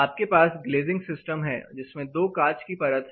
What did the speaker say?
आपके पास glazing system है जिसमें दो कांच की परत है